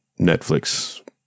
Netflix